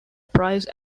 price